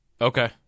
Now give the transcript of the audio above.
Okay